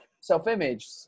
self-image